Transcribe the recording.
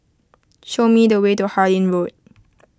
show me the way to Harlyn Road